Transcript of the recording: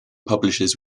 publishes